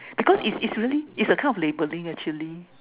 because it's it's really it's a kind of labeling actually